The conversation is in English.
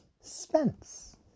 Spence